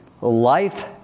life